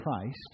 Christ